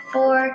Four